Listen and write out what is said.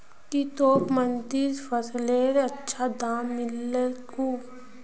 की तोक मंडीत फसलेर अच्छा दाम मिलील कु